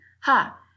Ha